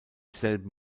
selben